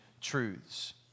truths